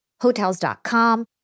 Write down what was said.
Hotels.com